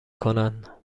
کنن